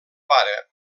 pare